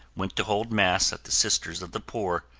went to hold mass at the sisters of the poor,